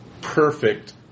perfect